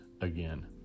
again